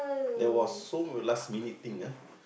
there was so last minute thing ah